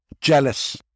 jealous